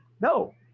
no